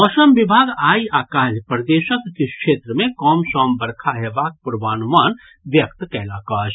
मौसम विभाग आइ आ काल्हि प्रदेशक किछु क्षेत्र मे कमसम बरखा हेबाक पूर्वानुमान व्यक्त कयलक अछि